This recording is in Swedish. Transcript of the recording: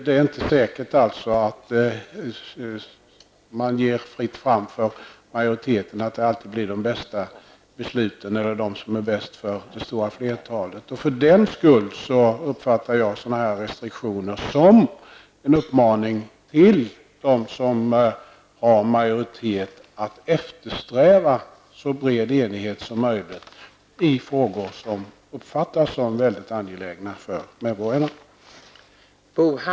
Det är inte säkert att det alltid blir de bästa besluten, eller de som är bäst för det stora flertalet, om man ger fritt fram för majoriteten. Jag uppfattar därför restriktioner som en uppmaning till dem som har majoritet att eftersträva så bred enighet som möjligt i frågor som uppfattas som mycket angelägna för medborgarna.